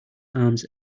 arms